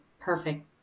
perfect